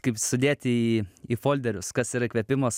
kaip sudėti į į folderius kas yra įkvėpimas